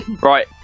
right